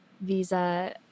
visa